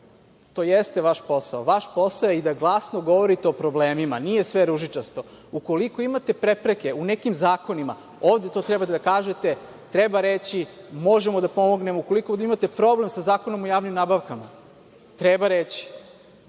To jeste vaš posao. Vaš posao je i da glasno govorite o problemima. Nije sve ružičasto. Ukoliko imate prepreke u nekim zakonima, ovde to treba da kažete, treba reći, možemo da pomognemo. Ukoliko imate problem sa Zakonom o javnim nabavkama, treba reći,